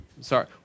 sorry